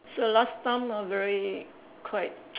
so last time ah very quite